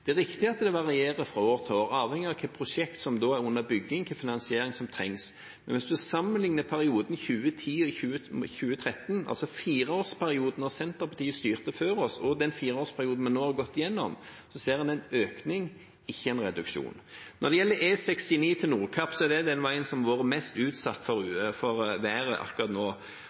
Det er riktig at det varierer fra år til år, avhengig av hvilke prosjekter som da er under bygging, hvilken finansiering som trengs. Men hvis man sammenligner perioden 2010–2013 – altså fireårsperioden da Senterpartiet styrte før oss – og den fireårsperioden vi nå har gått gjennom, ser man en økning, ikke en reduksjon. Når det gjelder E69 til Nordkapp, er det den veien som har vært mest utsatt for været akkurat nå.